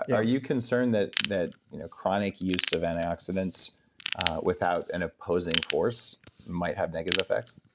are you concerned that that you know chronic use of antioxidants without an opposing force might have negative effects?